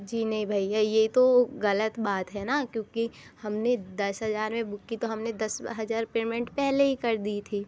जी नहीं भैया यह तो गलत बात है न क्योंकि हमने दस हज़ार में बुक की तो हमने दस हज़ार पेमेंट पहले ही कर दी थी